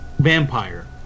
Vampire